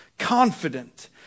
Confident